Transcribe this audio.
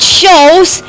shows